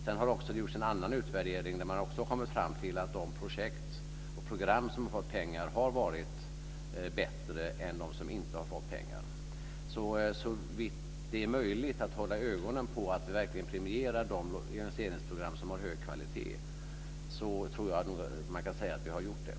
Sedan har det också gjorts en annan utvärdering där man har kommit fram till att de projekt och program som har fått pengar har varit bättre än de som inte har fått pengar. Såvitt det är möjligt att hålla ögonen på att vi verkligen premierar de investeringsprogram som har hög kvalitet tror jag nog att man kan säga att vi har gjort det.